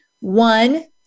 One